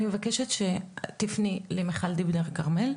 אני מבקשת שתפני למיכל דיבנר כרמל,